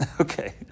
Okay